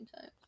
time